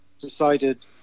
decided